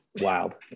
wild